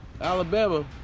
Alabama